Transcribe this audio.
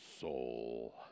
Soul